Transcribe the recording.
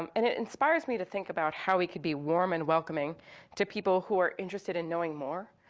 um and it inspires me to think about how we could be warm and welcoming to people who are interested in knowing more,